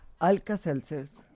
Alka-Seltzers